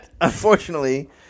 unfortunately